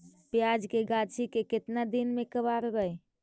प्याज के गाछि के केतना दिन में कबाड़बै?